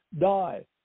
die